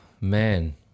Man